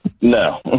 No